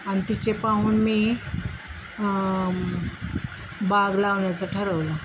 आणि तिचे पाहून मी बाग लावण्याचं ठरवलं